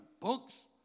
books